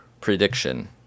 prediction